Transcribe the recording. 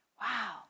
Wow